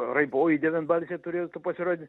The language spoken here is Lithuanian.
raiboji devynbalsė turėtų pasirodyt